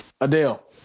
Adele